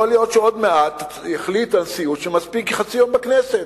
יכול להיות שעוד מעט יחליטו בנשיאות שמספיק חצי יום בכנסת.